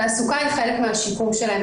תעסוקה היא חלק מהשיקום שלהן.